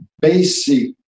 basic